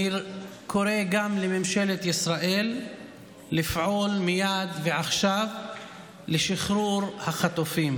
אני קורא גם לממשלת ישראל לפעול מייד ועכשיו לשחרור החטופים.